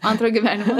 antrą gyvenimą